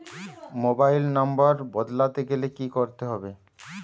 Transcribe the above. Mobile নম্বর বদলাতে গেলে কি করতে হবে?